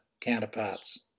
counterparts